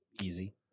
Easy